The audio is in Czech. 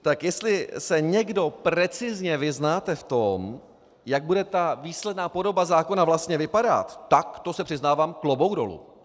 Tak jestli se někdo precizně vyznáte v tom, jak bude ta výsledná podoba zákona vlastně vypadat, tak to se přiznávám, klobouk dolů.